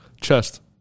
Chest